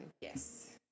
Yes